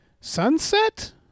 sunset